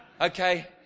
Okay